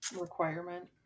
requirement